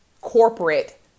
corporate